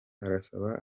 arasaba